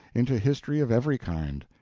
into history of every kind.